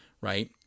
right